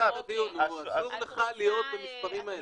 אתה שמעת את הדיון, אסור לך להיות במספרים האלה.